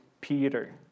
Peter